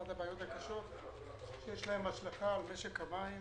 אחת הבעיות הקשות שיש להם השלכה על משק המים